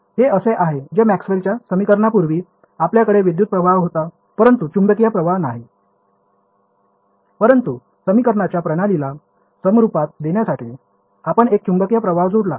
हे असे आहे जसे मॅक्सवेलच्या समीकरणांपूर्वी आपल्याकडे विद्युत प्रवाह होता परंतु चुंबकीय प्रवाह नाही परंतु समीकरणांच्या प्रणालीला समरूपता देण्यासाठी आपण एक चुंबकीय प्रवाह जोडला